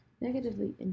negatively